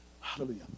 Hallelujah